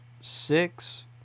six